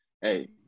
Hey